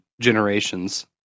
Generations